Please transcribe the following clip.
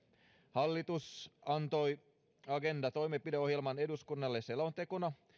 hallitus antoi agenda toimenpideohjelman eduskunnalle selontekona